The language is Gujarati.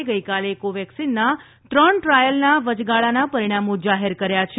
એ ગઈકાલે કોવેક્સિનના ત્રણ ટ્રાયલના વચગાળાનાં પરિણામો જાહેર કર્યા છે